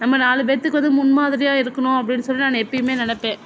நம்ம நாலு பேத்துக்கு வந்து முன்மாதிரியாக இருக்கணும் அப்படின்னு சொல்லி நான் எப்பவுமே நினப்பேன்